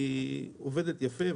עובדת יפה.